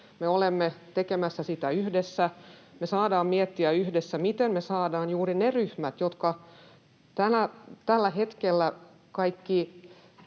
Me olemme tekemässä sitä yhdessä. Me saadaan miettiä yhdessä, miten me saadaan mukaan juuri ne ryhmät, jotka tällä hetkellä kaikkein